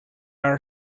are